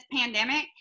pandemic